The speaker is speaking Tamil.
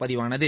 பதிவானது